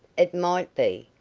it might be,